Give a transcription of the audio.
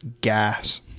gas